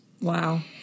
Wow